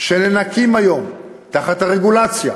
שנאנקים היום תחת הרגולציה,